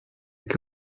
che